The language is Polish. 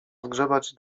odgrzebać